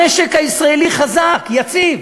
המשק הישראלי חזק, יציב,